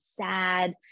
sad